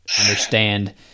understand